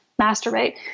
masturbate